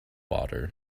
water